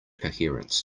coherence